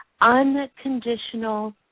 unconditional